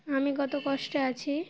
আমি কত কষ্টে আছি